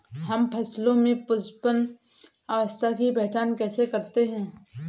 हम फसलों में पुष्पन अवस्था की पहचान कैसे करते हैं?